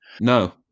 No